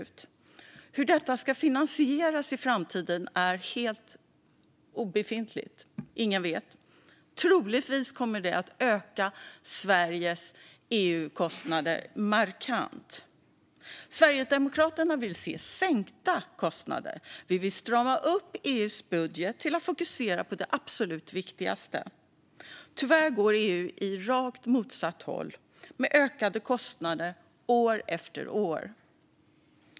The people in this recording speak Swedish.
När det gäller hur detta ska finansieras i framtiden är kunskapen helt obefintlig. Ingen vet. Troligtvis kommer det att öka Sveriges EU-kostnader markant. Sverigedemokraterna vill se sänkta kostnader. Vi vill strama upp EU:s budget till att fokusera på det absolut viktigaste. Tyvärr går EU åt rakt motsatt håll, med ökade kostnader år efter år.